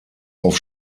auf